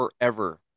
forever